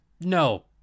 No